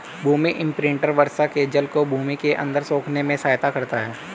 भूमि imprinter वर्षा के जल को भूमि के अंदर सोखने में सहायता करता है